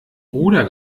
ruder